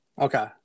Okay